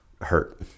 hurt